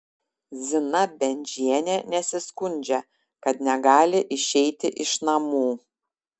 zina bendžienė nesiskundžia kad negali išeiti iš namų